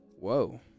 Whoa